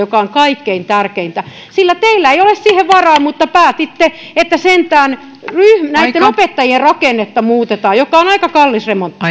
joka olisi kaikkein tärkeintä sillä teillä ei ole siihen varaa mutta päätitte sentään että opettajien rakennetta muutetaan mikä on aika kallis remontti